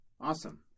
Awesome